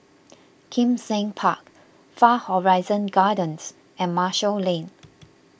Kim Seng Park Far Horizon Gardens and Marshall Lane